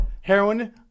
heroin